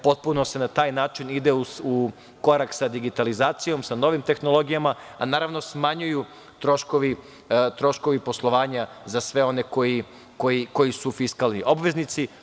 Potpuno se na taj način ide u korak sa digitalizacijom, sa novim tehnologijama, a smanjuju se troškovi poslovanja za sve one koji su fiskalni obveznici.